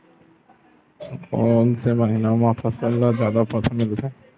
कोन से महीना म फसल ल जादा पोषण मिलथे?